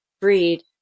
breed